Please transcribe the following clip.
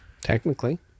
Technically